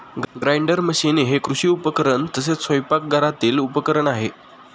grinder machine हे कृषी उपकरण तसेच स्वयंपाकघरातील उपकरण आहे